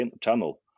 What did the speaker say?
channel